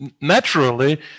naturally